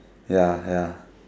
ya ya